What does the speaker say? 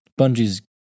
Bungie's